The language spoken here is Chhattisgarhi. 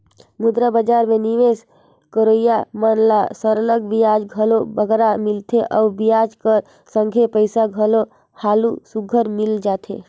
मुद्रा बजार में निवेस करोइया मन ल सरलग बियाज घलो बगरा मिलथे अउ बियाज कर संघे पइसा घलो हालु सुग्घर मिल जाथे